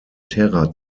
terra